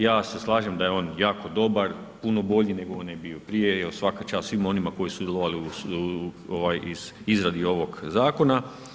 Ja se slažem da je on jako dobar, puno bolji nego je onaj bio prije, jer svaka čast svima onima koji su sudjelovali u izradi ovog zakona.